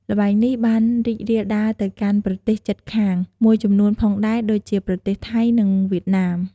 ល្បែងនេះបានរីករាលដាលទៅកាន់ប្រទេសជិតខាងមួយចំនួនផងដែរដូចជាប្រទេសថៃ និងវៀតណាម។